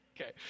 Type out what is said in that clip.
Okay